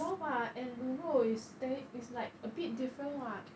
lor bak and 卤肉 is tech~ is like a bit different [what]